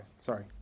sorry